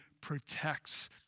protects